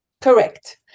Correct